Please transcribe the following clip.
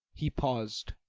he paused,